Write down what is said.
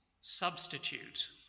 substitute